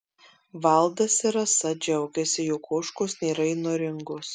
valdas ir rasa džiaugiasi jog ožkos nėra įnoringos